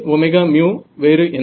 Kωμ வேறு என்ன